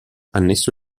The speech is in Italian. annesso